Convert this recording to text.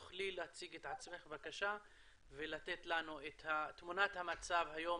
תוכלי להציג את עצמך בבקשה ולתת לנו את תמונת המצב היום,